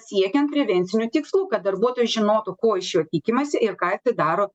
siekiant prevencinių tikslų kad darbuotojas žinotų ko iš jo tikimasi ir ką jisai daro